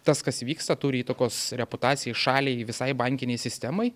tas kas vyksta turi įtakos reputacijai šaliai visai bankinei sistemai